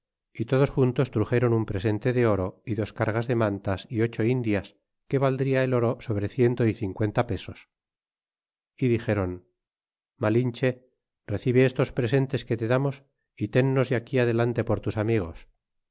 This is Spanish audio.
y todos juntos truxéron un presente de oro y dos cargas de mantas é ocho indias que valdria el oro sobre ciento y cincuenta pesos y dixéron malinehe recibe estos presentes que te damos y tennos de aquí adelante por tus amigos